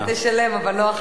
אתה תשלם, אבל לא עכשיו.